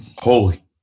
Holy